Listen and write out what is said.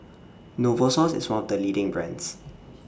Novosource IS one of The leading brands